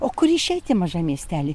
o kur išeiti mažam miestely